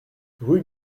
rue